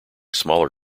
smaller